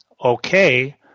Okay